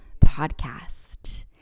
podcast